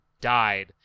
died